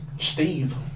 Steve